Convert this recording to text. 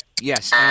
Yes